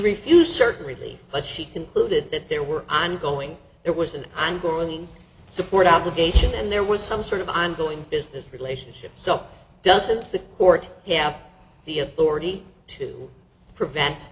refused certain relief but she concluded that there were ongoing there was an ongoing support of the patient and there was some sort of ongoing business relationship doesn't the court have the authority to prevent